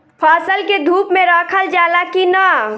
फसल के धुप मे रखल जाला कि न?